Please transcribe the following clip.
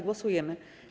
Głosujemy.